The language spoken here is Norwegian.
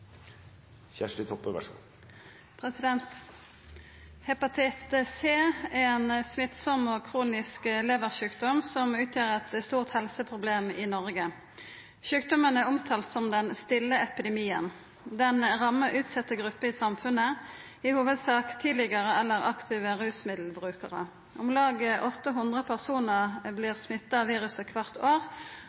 og kronisk leversjukdom som utgjer eit stort helseproblem i Noreg. Sjukdomen er omtalt som 'den stille epidemien'. Den rammar utsette grupper i samfunnet, i hovudsak tidlegare eller aktive rusmiddelbrukarar. Om lag 800 personar vert smitta av viruset kvart år,